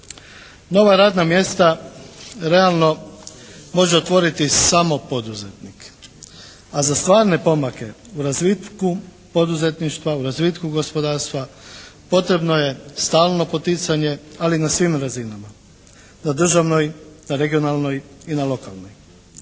Nova radna mjesta realno može otvoriti samo poduzetnik. A za stvarne pomake u razvitku poduzetništva, u razvitku gospodarstva potrebno je stalno poticanje ali na svim razinama, na državnoj, regionalnoj i na lokalnoj.